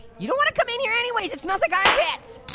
you don't want to come in here anyways. it smells like armpits.